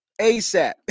ASAP